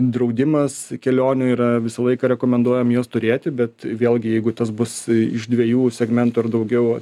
draudimas kelionių yra visą laiką rekomenduojam juos turėti bet vėlgi jeigu tas bus iš dviejų segmentų ar daugiau